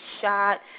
shot